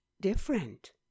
different